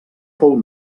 fou